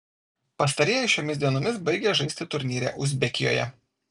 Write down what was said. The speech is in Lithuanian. pastarieji šiomis dienomis baigia žaisti turnyre uzbekijoje